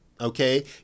Okay